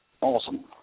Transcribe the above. Awesome